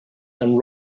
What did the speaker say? and